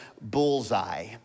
bullseye